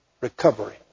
recovery